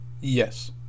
Yes